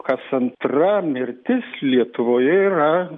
kas antra mirtis lietuvoje yra